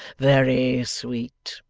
very sweet